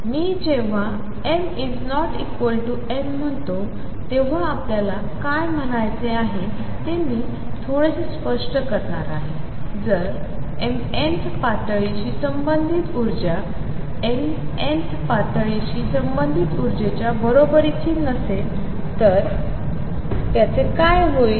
मी जेव्हा m ≠ n म्हणतो तेव्हा आपल्याला काय म्हणायचे आहे ते मी थोडेसे स्पष्ट करणार आहे जर mth पातळीशी संबंधित ऊर्जा nth पातळीशी संबंधित उर्जेच्या बरोबरीची नसेल तर त्याचे काय होईल